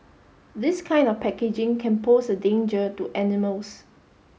this kind of packaging can pose a danger to animals